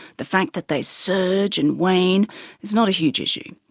the fact that they surge and wane is not a huge issue.